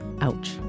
Ouch